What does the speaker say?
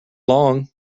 long